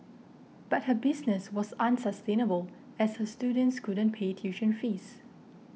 but her business was unsustainable as her students couldn't pay tuition fees